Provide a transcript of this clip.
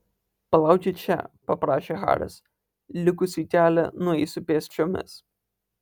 palaukit čia paprašė haris likusį kelią nueisiu pėsčiomis